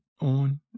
on